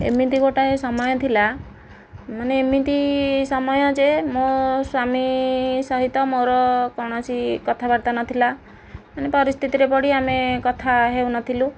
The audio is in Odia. ଏମିତି ଗୋଟାଏ ସମୟ ଥିଲା ମାନେ ଏମିତି ସମୟ ଯେ ମୋ ସ୍ୱାମୀ ସହିତ ମୋର କୋଣସି କଥାବାର୍ତ୍ତା ନଥିଲା ମାନେ ପରିସ୍ଥିତିରେ ପଡ଼ି ଆମେ କଥା ହେଉନଥିଲୁ